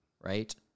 right